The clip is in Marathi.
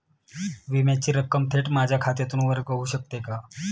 विम्याची रक्कम थेट माझ्या खात्यातून वर्ग होऊ शकते का?